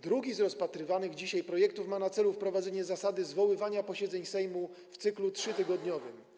Drugi z rozpatrywanych dzisiaj projektów ma na celu wprowadzenie zasady zwoływania posiedzeń Sejmu w cyklu 3-tygodniowym.